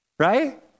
right